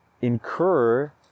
incur